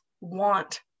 want